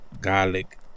garlic